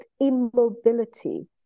immobility